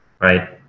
right